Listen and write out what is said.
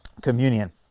communion